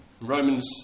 Romans